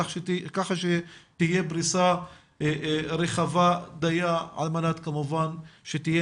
ככה שתהיה פריסה רחבה דיה על-מנת שתהיה